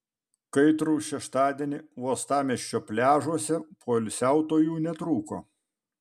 kaitrų šeštadienį uostamiesčio pliažuose poilsiautojų netrūko